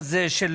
איך אתם